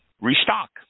restock